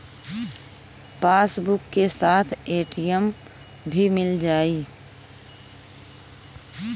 Passbook के साथ ATM भी मील जाई?